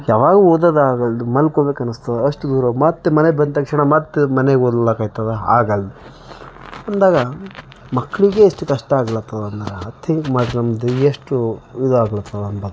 ಯಾವಾಗ ಓದೋು ಆಗಲ್ದು ಮಲ್ಕೊಬೇಕು ಅನಸ್ತದ ಅಷ್ಟು ದೂರೋಗಿ ಮತ್ತೆ ಮನೆಗೆ ಬಂದ ತಕ್ಷಣ ಮತ್ತೆ ಮನೆಗೆ ಓದ್ಲಾಕ್ ಆಯ್ತದ ಆಗಲ್ದು ಅಂದಾಗ ಮಕ್ಕಳಿಗೆ ಇಷ್ಟು ಕಷ್ಟ ಆಗ್ಲಾತದ್ ಅಂದರೆ ತಿಂಕ್ ಮಾಡ್ರಿ ಎಷ್ಟು ಇದಾಗ್ಲತ್ತವ ಅಂತ